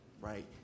right